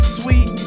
sweet